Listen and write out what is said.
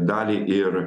dalį ir